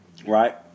Right